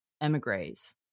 emigres